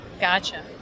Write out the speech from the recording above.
Gotcha